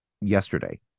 yesterday